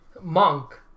Monk